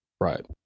Right